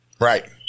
Right